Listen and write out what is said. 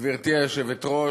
גברתי היושבת-ראש,